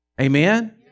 Amen